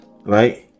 Right